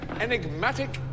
Enigmatic